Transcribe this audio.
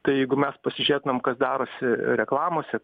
tai jeigu mes pasižiūrėtumėm kas darosi reklamose